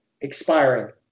expiring